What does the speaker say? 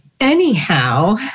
Anyhow